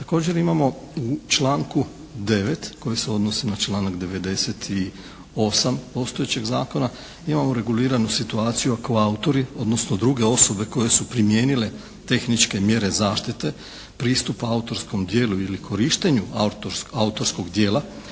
Također imamo u članku 9. koji se odnosi na članak 98. postojećeg zakona, imamo reguliranu situaciju ako autori odnosno druge osobe koje su primijenile tehničke mjere zaštite pristupa autorskom djelu ili korištenju autorskog dijela